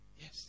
Yes